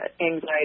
anxiety